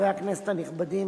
חברי הכנסת הנכבדים,